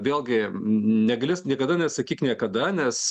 vėlgi negali niekada nesakyk niekada nes